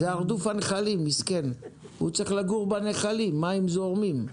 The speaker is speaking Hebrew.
הוא צריך לגור בנחלים, במים זורמים.